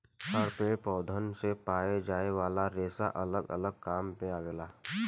हर पेड़ पौधन से पाए जाये वाला रेसा अलग अलग काम मे आवेला